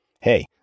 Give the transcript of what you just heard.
hey